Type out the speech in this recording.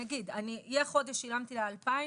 החודש שילמתי לה 2,000,